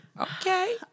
Okay